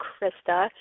Krista